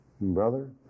Brother